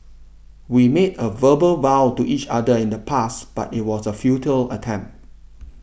we made a verbal vow to each other in the past but it was a futile attempt